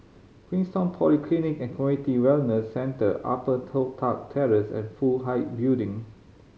Queenstown Polyclinic and Community Wellness Centre Upper Toh Tuck Terrace and Fook Hai Building